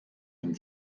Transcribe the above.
dem